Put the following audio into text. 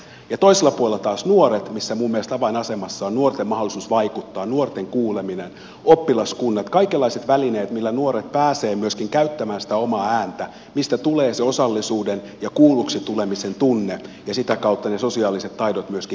toisella puolella ovat taas nuoret ja minun mielestäni avainasemassa on nuorten mahdollisuus vaikuttaa nuorten kuuleminen oppilaskunnat kaikenlaiset välineet millä nuoret pääsevät myöskin käyttämään sitä omaa ääntään mistä tulee se osallisuuden ja kuulluksi tulemisen tunne ja sitä kautta ne sosiaaliset taidot myöskin kehittyvät